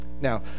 Now